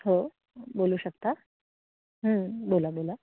हो बोलू शकता बोला बोला